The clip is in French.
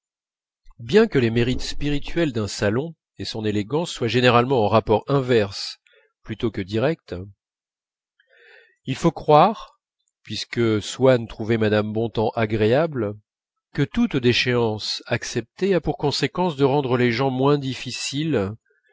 bien que les mérites spirituels d'un salon et son élégance soient généralement en rapports inverses plutôt que directs il faut croire puisque swann trouvait mme bontemps agréable que toute déchéance acceptée a pour conséquence de rendre les gens moins difficiles